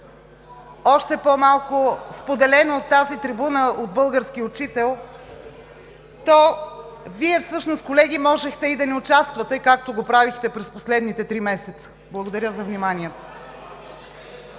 още по-малко споделено от тази трибуна от български учител, то Вие всъщност, колеги, можехте и да не участвате, както го правихте през последните три месеца. (Шум и реплики от